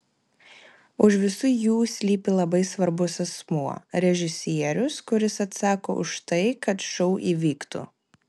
už visų jų slypi labai svarbus asmuo režisierius kuris atsako už tai kad šou įvyktų